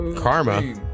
Karma